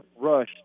rush